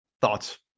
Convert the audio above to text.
Thoughts